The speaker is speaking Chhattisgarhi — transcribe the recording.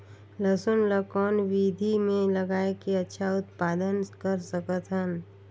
लसुन ल कौन विधि मे लगाय के अच्छा उत्पादन कर सकत हन?